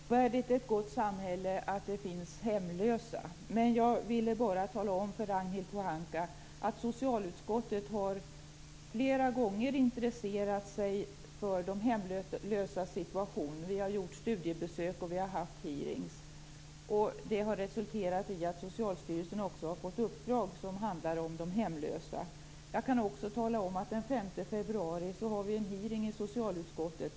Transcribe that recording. Herr talman! Det är ovärdigt ett gott samhälle att det finns hemlösa. Jag vill bara tala om för Ragnhild Pohanka att vi i socialutskottet flera gånger har intresserat oss för de hemlösas situation. Vi har gjort studiebesök och haft hearingar. Det har resulterat i att Socialstyrelsen har fått uppdrag som gäller de hemlösa. Vidare kan jag tala om att det den 5 februari kommer att vara en hearing i socialutskottet.